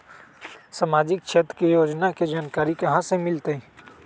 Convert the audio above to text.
सामाजिक क्षेत्र के योजना के जानकारी कहाँ से मिलतै?